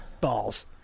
balls